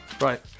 Right